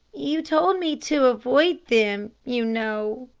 you told me to avoid them, you know,